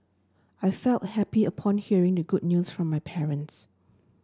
I felt happy upon hearing the good news from my parents